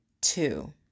two